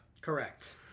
Correct